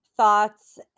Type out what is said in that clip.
thoughts